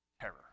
terror